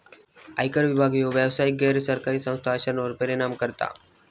आयकर विभाग ह्यो व्यावसायिक, गैर सरकारी संस्था अश्यांवर परिणाम करता